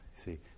See